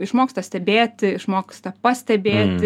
išmoksta stebėti išmoksta pastebėti